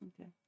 Okay